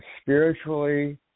spiritually